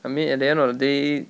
I mean at the end of the day